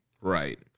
Right